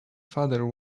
father